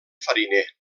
fariner